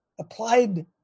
applied